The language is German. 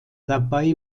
dabei